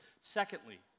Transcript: Secondly